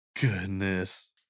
goodness